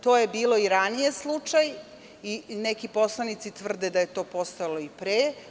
To je bilo i ranije slučaj i neki poslanici tvrde da je to postojalo i pre.